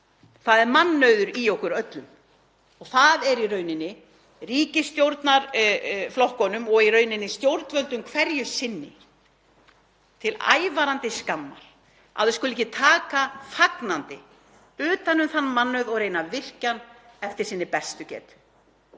það er mannauður í okkur öllum. Og það er í raun ríkisstjórnarflokkunum, og stjórnvöldum hverju sinni, til ævarandi skammar að þeir skuli ekki taka fagnandi utan um þann mannauð og reyna að virkja eftir sinni bestu getu.